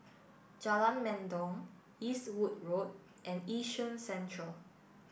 Jalan Mendong Eastwood Road and Yishun Central